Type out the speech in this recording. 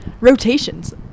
rotations